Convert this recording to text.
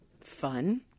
Fun